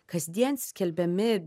kasdien skelbiami